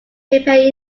prepared